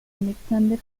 alexander